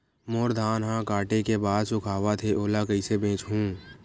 मोर धान ह काटे के बाद सुखावत हे ओला कइसे बेचहु?